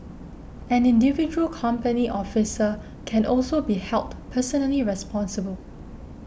an individual company officer can also be held personally responsible